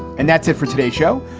and that's it for today show.